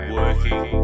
working